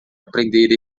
aprender